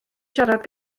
siarad